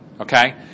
Okay